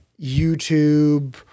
YouTube